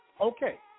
Okay